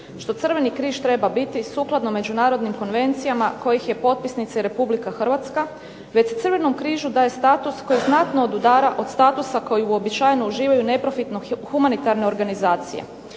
što Crveni križ treba biti sukladno međunarodnim konvencijama kojih je potpisnica Republika Hrvatska, već Crvenom križu daje status koji znatno odudara od statusa koji uobičajeno uživaju neprofitno humanitarne organizacije.